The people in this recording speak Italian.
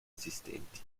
esistenti